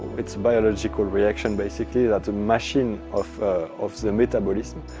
it's a biological reaction basically. that's a machine of of the metabolism.